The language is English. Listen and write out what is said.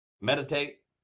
meditate